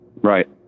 Right